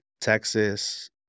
Texas